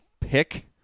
pick